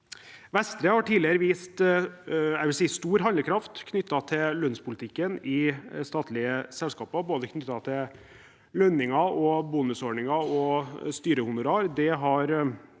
Vestre har tidligere vist stor handlekraft knyttet til lønnspolitikken i statlige selskaper når det gjelder både til lønninger, bonusordninger og styrehonorar.